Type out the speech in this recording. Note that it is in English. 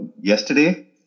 yesterday